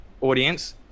audience